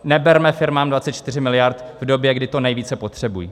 Neberme firmám 24 miliard v době, kdy to nejvíce potřebují!